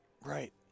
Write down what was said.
Right